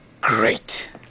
great